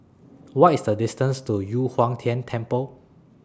What IS The distance to Yu Huang Tian Temple